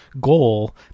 goal